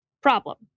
Problem